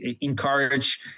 encourage